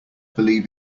believe